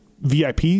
VIP